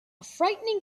frightening